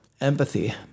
empathy